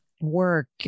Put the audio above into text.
work